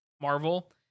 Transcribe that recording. Marvel